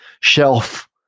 shelf